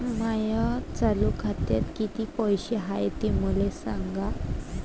माया चालू खात्यात किती पैसे हाय ते मले सांगा